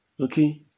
okay